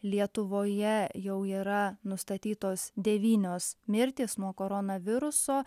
lietuvoje jau yra nustatytos devynios mirtys nuo koronaviruso